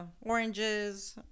oranges